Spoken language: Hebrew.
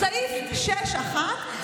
סעיף 6(1),